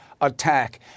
attack